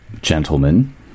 gentlemen